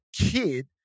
kid